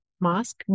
mask